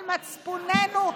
על מצפוננו,